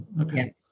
Okay